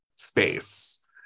space